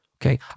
Okay